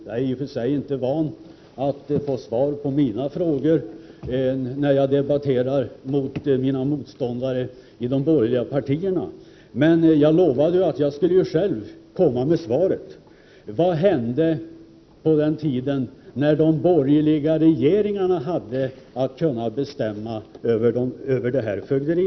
Jag är i och för sig inte van att få svar på mina frågor, när jag debatterar med mina motståndare i de borgerliga partierna. Men jag lovade att själv komma med svaret. Frågan löd: Vad hände under den tid då de borgerliga regeringarna hade att besluta över detta fögderi?